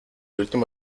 último